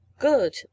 Good